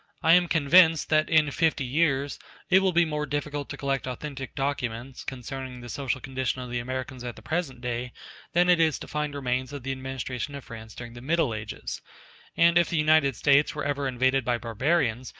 i am convinced that in fifty years it will be more difficult to collect authentic documents concerning the social condition of the americans at the present day than it is to find remains of the administration of france during the middle ages and if the united states were ever invaded by barbarians,